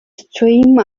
stream